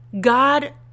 God